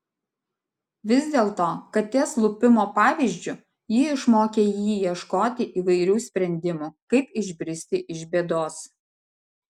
vis dėlto katės lupimo pavyzdžiu ji išmokė jį ieškoti įvairių sprendimų kaip išbristi iš bėdos